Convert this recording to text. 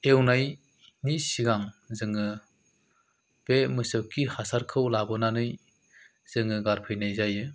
एवनायनि सिगां जोङो बे मोसौ खि हासारखौ लाबोनानै जोङो गारफैनाय जायो